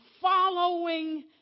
following